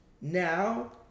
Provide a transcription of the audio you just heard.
now